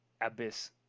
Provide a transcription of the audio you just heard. Abyss